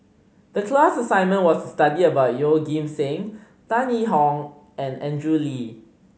the class assignment was study about Yeoh Ghim Seng Tan Yee Hong and Andrew Lee